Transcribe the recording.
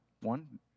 one